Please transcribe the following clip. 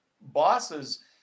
bosses